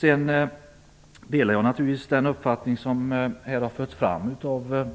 Jag delar naturligtvis den uppfattning som har förts fram av